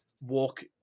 walk